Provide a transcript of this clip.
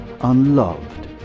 unloved